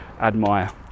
admire